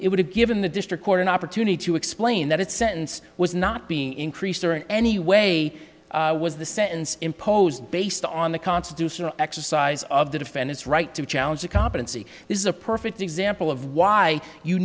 it would have given the district court an opportunity to explain that sentence was not being increased or in any way was the sentence imposed based on the constitutional exercise of the defendant's right to challenge a competency this is a perfect example of why you